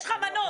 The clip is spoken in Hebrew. יש לך מנוף.